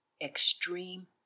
extreme